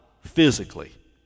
physically